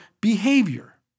behavior